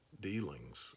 dealings